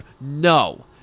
no